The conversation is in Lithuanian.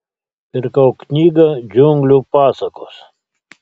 pirkau knygą džiunglių pasakos